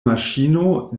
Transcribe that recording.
maŝino